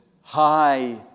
high